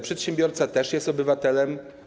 Przedsiębiorca też jest obywatelem.